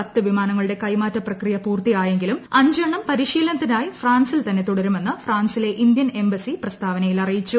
പത്ത് വിമാനങ്ങളുടെ കൈമാറ്റ പ്രക്രിയ പൂർത്തിയായെങ്കിലും അഞ്ച് എണ്ണം പരിശീലനത്തിനായി ഫ്രാൻസിൽ തന്നെ തുടരുമെന്ന് ഫ്രാൻസിലെ ഇന്ത്യൻ എംബസി പ്രസ്താവനയിൽ അറിയിച്ചു